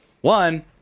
One